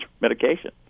medication